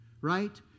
right